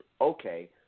Okay